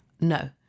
no